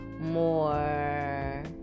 more